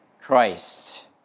Christ